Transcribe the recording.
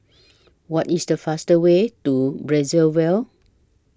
What IS The fastest Way to Brazzaville